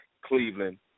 Cleveland